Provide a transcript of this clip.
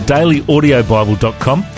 DailyAudiobible.com